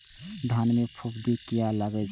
धान में फूफुंदी किया लगे छे?